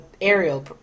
aerial